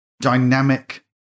dynamic